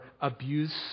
abuse